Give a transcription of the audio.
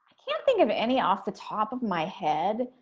can't think of any off the top of my head.